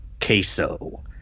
queso